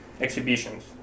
exhibitions